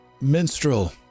minstrel